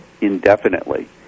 indefinitely